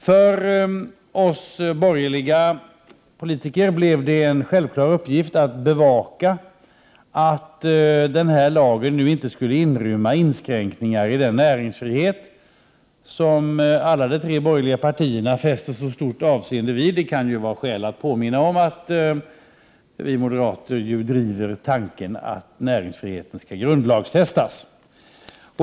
För oss borgerliga politiker blev det en självklar uppgift att bevaka att denna lag inte skulle inrymma inskränkningar i den näringsfrihet som alla de tre borgerliga partierna fäster så stort avseende vid. Det kan vara skäl att påminna om att vi moderater driver tanken att näringsfrihet skall grundlagfästas.